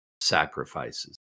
sacrifices